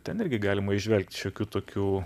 ten irgi galima įžvelgt šiokių tokių